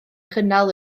chynnal